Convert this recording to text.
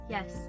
Yes